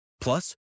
Plus